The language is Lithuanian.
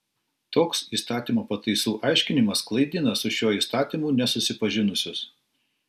toks įstatymo pataisų aiškinimas klaidina su šiuo įstatymu nesusipažinusius